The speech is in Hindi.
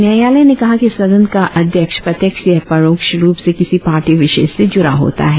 न्यायालय ने कहा कि सदन का अध्यक्ष प्रत्यक्ष या प्ररोक्ष रुप से किसी पार्टी विशेष से जुड़ा होता है